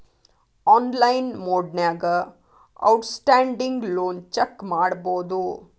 online ಮೊಡ್ನ್ಯಾಗ outstanding loan check ಮಾಡಬೋದು